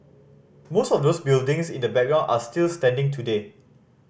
most of those buildings in the background are still standing today